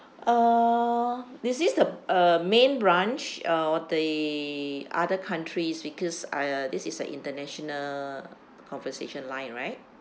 uh is this the uh main branch or the other countries because I uh this is an international conversation line right